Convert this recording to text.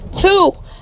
Two